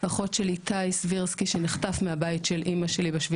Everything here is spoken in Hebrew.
אחות של איתי סבירסקי שנחטף מהבית של אמא שלי ב-7